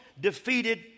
defeated